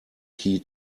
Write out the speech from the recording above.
key